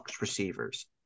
receivers